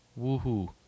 Woohoo